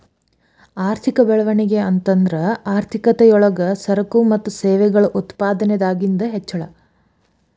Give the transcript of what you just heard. ಆರ್ಥಿಕ ಬೆಳವಣಿಗೆ ಅಂತಂದ್ರ ಆರ್ಥಿಕತೆ ಯೊಳಗ ಸರಕು ಮತ್ತ ಸೇವೆಗಳ ಉತ್ಪಾದನದಾಗಿಂದ್ ಹೆಚ್ಚಳ